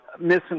missing